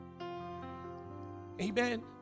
Amen